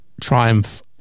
Triumph